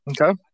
Okay